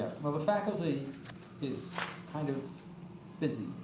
well the faculty is kind of busy